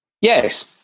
Yes